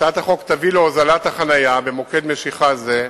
הצעת החוק תביא להוזלת החנייה במוקד משיכה זה,